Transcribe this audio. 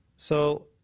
so